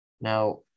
Now